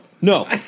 no